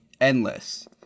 endless